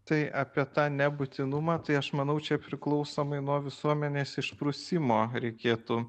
tai apie tą nebūtinumą tai aš manau čia priklausomai nuo visuomenės išprusimo reikėtų